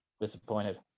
disappointed